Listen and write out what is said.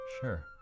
Sure